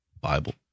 Bible